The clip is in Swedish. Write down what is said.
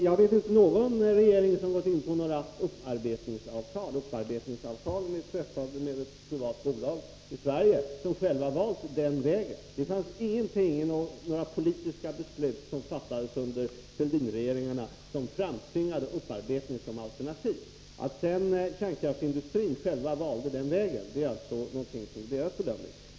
Jag vet inte någon regering som har träffat upparbetningsavtal — de är träffade med ett privat bolag i Sverige, som själv har valt den vägen. Det fanns ingenting i några politiska beslut som fattades under Fälldinregeringarna som framtvingade upparbetning som alternativ. Att sedan kärnkraftsindustrin själv valde den vägen grundar sig på dess egen bedömning.